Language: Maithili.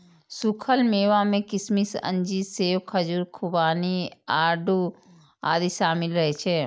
सूखल मेवा मे किशमिश, अंजीर, सेब, खजूर, खुबानी, आड़ू आदि शामिल रहै छै